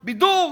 בידור.